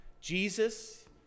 Jesus